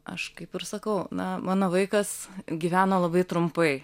aš kaip ir sakau na mano vaikas gyveno labai trumpai